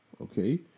okay